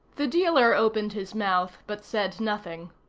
the dealer opened his mouth, but said nothing.